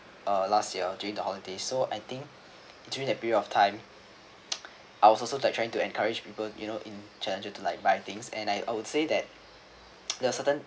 uh last year during the holiday so I think during that period of time I was also like trying to encourage people you know in challenges to like buy things and I would say that there are certain